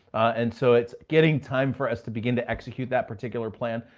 and so it's getting time for us to begin to execute that particular plan.